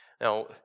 Now